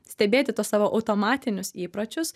stebėti tuos savo automatinius įpročius